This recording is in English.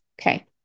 Okay